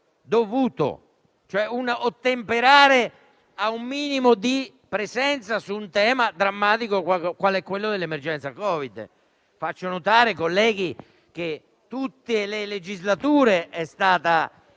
dovuto, un ottemperare a un minimo di presenza su un tema drammatico quale quello dell'emergenza Covid-19. Faccio notare, colleghi, che in tutte le legislature è stata